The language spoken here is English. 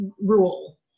rule